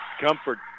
Comfort